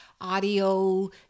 audio